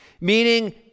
Meaning